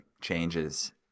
changes